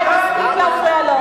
מספיק להפריע לו.